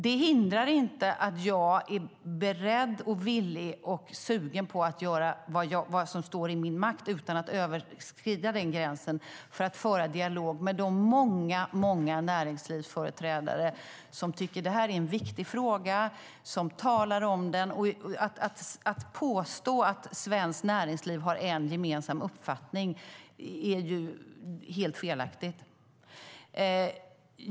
Det hindrar inte att jag är beredd, villig och sugen på att göra vad som står i min makt utan att överskrida den gränsen för att föra dialog med de många näringslivsföreträdare som tycker att det är en viktig fråga och talar om den. Att påstå att Svenskt Näringsliv har en gemensam uppfattning är helt felaktigt.